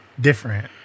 different